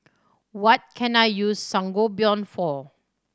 what can I use Sangobion for